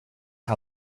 how